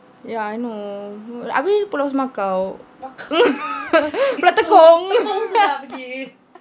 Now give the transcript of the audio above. ya I know habis pulau semakau pulau tekong